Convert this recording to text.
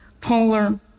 polar